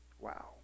Wow